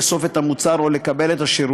או לאסוף את המוצר או לקבל את השירות,